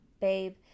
Babe